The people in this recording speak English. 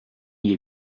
you